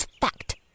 fact